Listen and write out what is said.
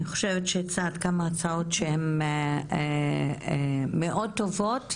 אני חושבת שהצעת כמה הצעות שהן מאוד טובות,